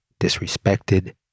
disrespected